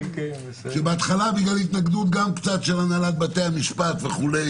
שבהתחלה בגלל התנגדות של הנהלת בתי המשפט וכו'